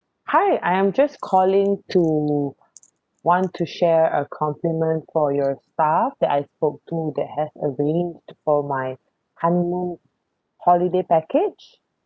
hi I am just calling to want to share a compliment for your staff that I spoke to that has arranged for my honeymoon holiday package